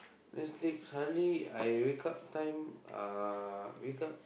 then sleep suddenly I wake up time uh wake up